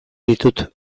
ditut